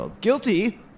Guilty